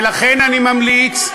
ולכן אני ממליץ,